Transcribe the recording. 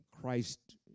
Christ